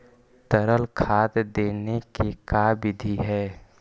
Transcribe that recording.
तरल खाद देने के का बिधि है?